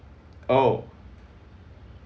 oh